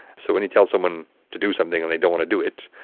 so when you tell someone to do something and they don't want to do it,